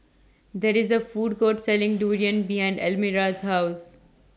There IS A Food Court Selling Durian behind Elmira's House